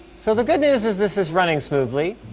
so the good news is this is running smoothly.